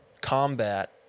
combat